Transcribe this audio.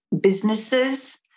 businesses